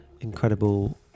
incredible